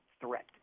threat